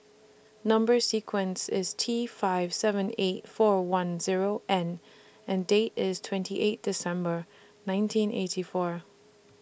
Number sequence IS T five seven eight four one Zero N and Date IS twenty eight December nineteen eighty four